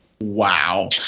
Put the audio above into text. Wow